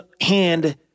hand